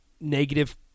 negative